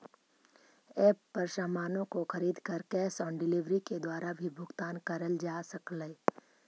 app पर सामानों को खरीद कर कैश ऑन डिलीवरी के द्वारा भी भुगतान करल जा सकलई